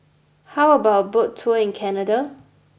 how about a boat tour in Canada